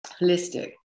holistic